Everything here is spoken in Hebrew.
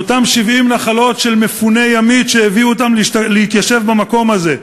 אותן 70 נחלות של מפוני ימית שהביאו אותם להתיישב במקום הזה,